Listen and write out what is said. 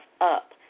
up